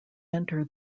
enter